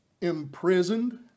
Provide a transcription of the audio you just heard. imprisoned